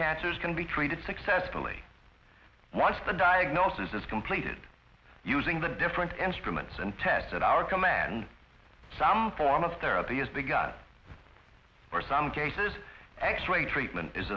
cancers can be treated successfully once the diagnosis is completed using the different instruments and tests at our command some form of therapy is begun for some cases x ray treatment is